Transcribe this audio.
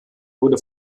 wurde